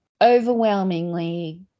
overwhelmingly